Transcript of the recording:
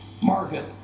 market